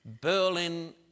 Berlin